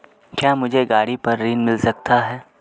क्या मुझे गाड़ी पर ऋण मिल सकता है?